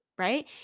Right